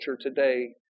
today